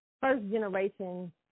first-generation